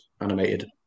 animated